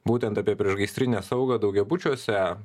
būtent apie priešgaisrinę saugą daugiabučiuose